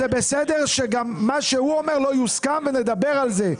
זה בסדר שגם מה שהוא אומר לא יוסכם ונדבר על זה,